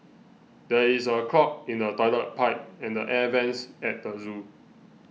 there is a clog in the Toilet Pipe and the Air Vents at the zoo